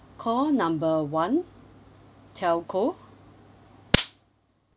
call number one telco